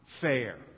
fair